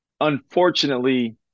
unfortunately